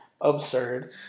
absurd